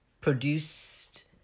produced